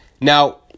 Now